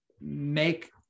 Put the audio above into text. make